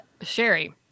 Sherry